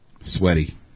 Sweaty